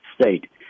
state